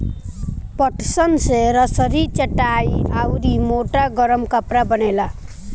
पटसन से रसरी, चटाई आउर मोट गरम कपड़ा बनेला